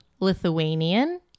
Lithuanian